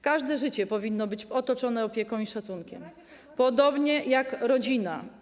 Każde życie powinno być otoczone opieką i szacunkiem, podobnie jak rodzina.